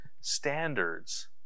standards